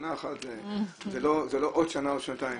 שנה אחת זה לא עוד שנה או שנתיים,